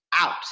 out